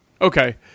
Okay